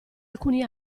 alcuni